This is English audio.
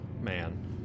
man